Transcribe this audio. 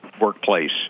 workplace